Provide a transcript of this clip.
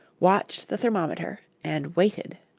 watched the thermometer and waited.